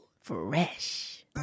Fresh